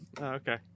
okay